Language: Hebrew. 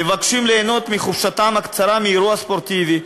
מבקשים ליהנות בחופשתם הקצרה מאירוע ספורטיבי.